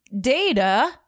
data